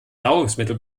nahrungsmittel